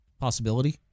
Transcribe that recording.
possibility